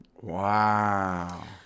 wow